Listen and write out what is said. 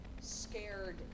scared